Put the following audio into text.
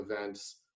events